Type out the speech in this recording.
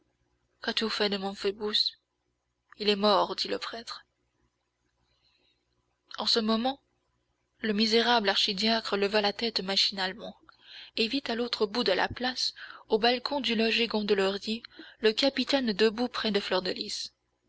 qu'as-tu fait de mon phoebus il est mort dit le prêtre en ce moment le misérable archidiacre leva la tête machinalement et vit à l'autre bout de la place au balcon du logis gondelaurier le capitaine debout près de fleur de lys